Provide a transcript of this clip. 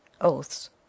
oaths